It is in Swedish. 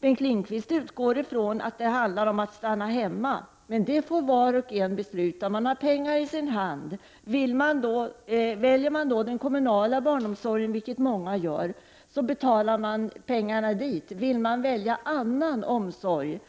Bengt Lindqvist utgår från att det handlar om att stanna hemma, men det får var och en besluta. Man har pengar i sin hand, och väljer man den kommunala barnomsorgen, vilket många gör, betalar man pengarna dit. Vill man välja annan omsorg,